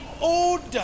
order